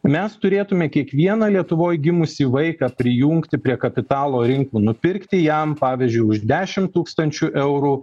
mes turėtume kiekvieną lietuvoj gimusį vaiką prijungti prie kapitalo rinkų nupirkti jam pavyzdžiui už dešim tūkstančių eurų